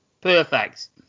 perfect